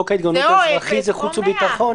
חוק ההתגוננות האזרחי זה חוץ וביטחון.